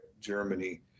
Germany